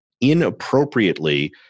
inappropriately